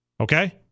Okay